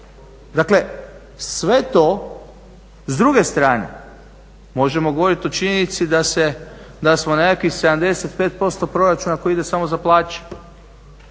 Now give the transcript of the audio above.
unije. Sve to, s druge strane možemo govorit o činjenici da se, da smo na nekakvih 75% proračuna koji ide samo za plaće,